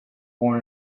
born